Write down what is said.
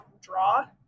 draw